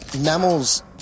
Mammals